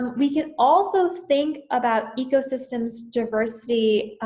we can also think about ecosystems diversity